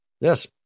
Yes